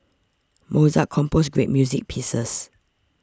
Mozart composed great music pieces